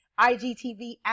IGTV